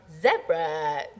Zebra